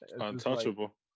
Untouchable